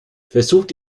versucht